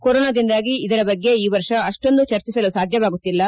ಕೊರೊನಾದಿಂದಾಗಿ ಇದರ ಬಗ್ಗೆ ಈ ವರ್ಷ ಅಷ್ಟೊಂದು ಚರ್ಚಿಸಲು ಸಾಧ್ಯವಾಗುತ್ತಿಲ್ಲ